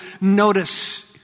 notice